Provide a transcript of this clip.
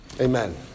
Amen